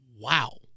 wow